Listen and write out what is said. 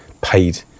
paid